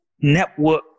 network